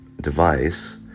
device